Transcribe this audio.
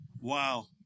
wow